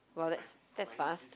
well that's that's fast